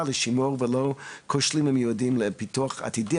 לשימור ולא לכל מיני כשלים לצורך פיתוח עתידי.